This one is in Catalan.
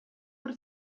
per